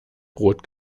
brot